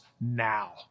now